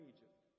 Egypt